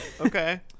okay